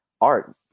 art